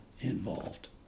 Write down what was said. involved